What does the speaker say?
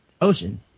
ocean